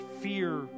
Fear